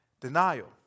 denial